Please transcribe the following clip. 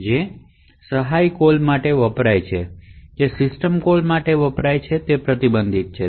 int જે interrupt અથવા સહાય કોલ માટે વપરાય છે જે સિસ્ટમ કોલ માટે વપરાય છે તે પ્રતિબંધિત છે